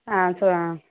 ஆ சொல்லுங்க